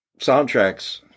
soundtracks